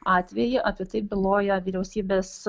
atvejį apie tai byloja vyriausybės